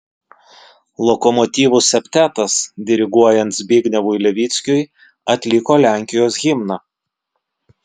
lokomotyvų septetas diriguojant zbignevui levickiui atliko lenkijos himną